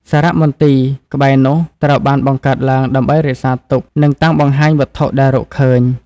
សារមន្ទីរនៅក្បែរនោះត្រូវបានបង្កើតឡើងដើម្បីរក្សាទុក និងតាំងបង្ហាញវត្ថុដែលរកឃើញ។